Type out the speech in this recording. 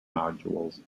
nodules